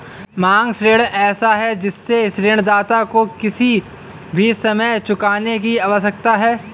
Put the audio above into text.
मांग ऋण ऐसा है जिससे ऋणदाता को किसी भी समय चुकाने की आवश्यकता है